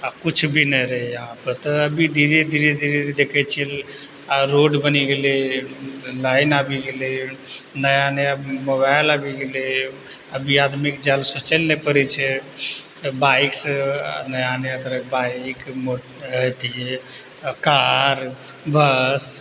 आओर किछु भी नहि रहै यहाँपर तऽ अभी धीरे धीरे धीरे धीरे देखै छिए रोड बनि गेलै लाइन आबि गेलै नया नया मोबाइल आबि गेलै अभी आदमीके जाइलए सोचैलए नहि पड़ै छै बाइकसँ नया नया तरहके बाइक अथी कार बस